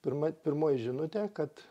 pirma pirmoji žinutė kad